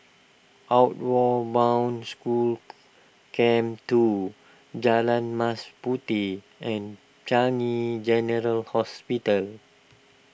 Outward Bound School Camp two Jalan Mas Puteh and Changi General Hospital